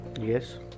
Yes